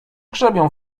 grzebią